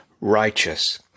righteous